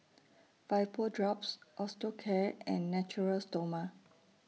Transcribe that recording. Vapodrops Osteocare and Natura Stoma